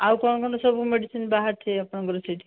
ଆଉ କ'ଣ କ'ଣ ସବୁ ମେଡିସିନ୍ ବାହାରିଛି ଆପଣଙ୍କର ସେଠି